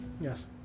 yes